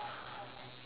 stress